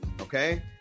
Okay